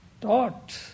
taught